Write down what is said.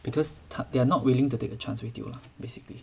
because they are not willing to take a chance with you lah basically